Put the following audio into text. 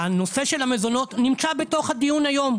הנושא של המזונות נמצא בתוך הדיון היום.